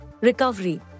recovery